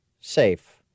safe